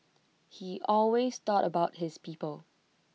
he always thought about his people